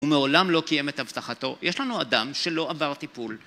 ומעולם לא קיים את הבטחתו, יש לנו אדם שלא עבר טיפול